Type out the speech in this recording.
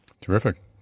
Terrific